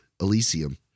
Elysium